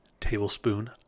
tablespoon